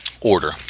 order